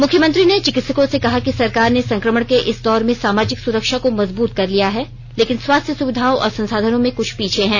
मुख्यमंत्री ने चिकित्सकों से कहा कि सरकार ने संक्रमण के इस दौर में सामाजिक सुरक्षा को मजबूत कर लिया है लेकिन स्वास्थ्य सुविधाओं और संसाधनों में कुछ पीछे हैं